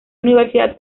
universidad